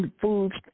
foods